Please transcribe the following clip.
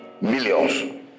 millions